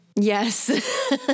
Yes